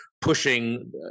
pushing